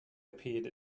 appeared